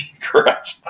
Correct